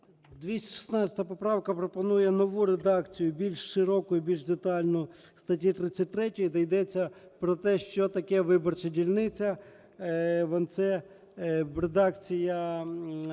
216 поправка пропонує нову редакцію більш широку і більш детальну статті 33, де йдеться про те, що таке виборча дільниця. Це редакція